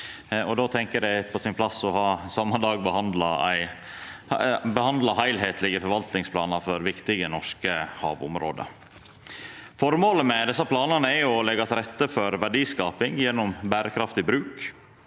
då tenkjer eg det er på sin plass å ha behandla heilskaplege forvaltningsplanar for viktige norske havområde same dag. Føremålet med desse planane er å leggja til rette for verdiskaping gjennom berekraftig bruk.